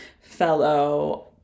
fellow